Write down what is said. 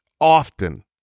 often